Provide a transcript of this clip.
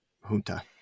Junta